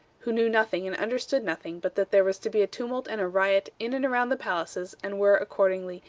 who knew nothing and understood nothing but that there was to be tumult and a riot in and around the palaces, and were, accordingly,